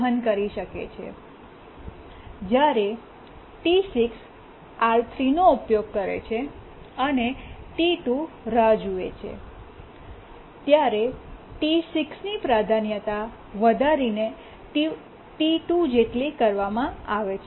જ્યારે T6 R3 નો ઉપયોગ કરે છે અને T2 રાહ જુએ છે ત્યારે T6ની પ્રાધાન્યતા વધારીને T2 જેટલી કરવામાં આવે છે